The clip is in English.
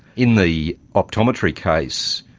in the optometry case,